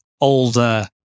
older